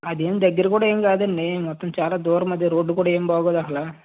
అది ఏమి దగ్గర కూడా ఏమి కాదండి మొత్తం చాలా దూరం అది రోడ్డు కూడా ఏమి బాగోదు అసలు